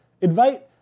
invite